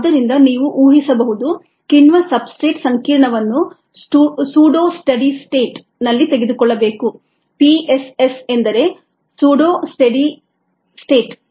ಆದ್ದರಿಂದ ನೀವು ಊಹಿಸಬಹುದು ಕಿಣ್ವ ಸಬ್ಸ್ಟ್ರೇಟ್substrate ಸಂಕೀರ್ಣವನ್ನು ಸೂಡೋ ಸ್ಟೆಡಿ ಸ್ಟೇಟ್ ನಲ್ಲಿ ತೆಗೆದುಕೊಳ್ಳಿ PSS ಎಂದರೆ ಸೂಡೋ ಸ್ಟೆಡಿ ಸ್ಟೇಟ್